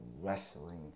wrestling